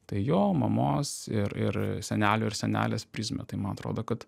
tai jo mamos ir ir senelio ir senelės prizmę tai man atrodo kad